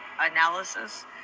analysis